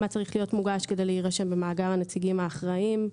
מה צריך להיות מוגש כדי להירשם במאגר הנציגים האחראים,